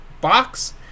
box